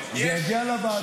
אני אומר לך שהיה תיקון לחוק.